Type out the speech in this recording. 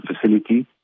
facility